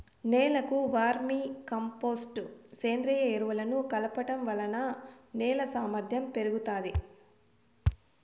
నేలకు vermicompost, సేంద్రీయ ఎరువులను కలపడం వలన నేల సామర్ధ్యం పెరుగుతాది